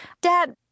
Dad